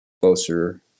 closer